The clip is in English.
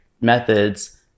methods